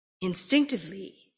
Instinctively